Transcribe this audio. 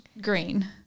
green